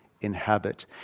inhabit